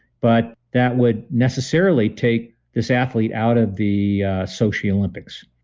but that would necessarily take this athlete out of the sochi olympics.